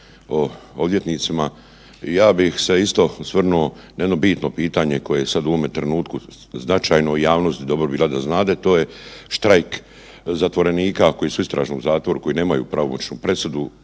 o odvjetnicima ja bih se isto osvrnuo na jedno bitno pitanje koje je sad u ovome trenutku značajno i javnosti bi dobro bilo da znade, to je štrajk zatvorenika koji su u istražnom zatvoru, koji nemaju pravomoćnu presudu,